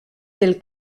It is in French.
del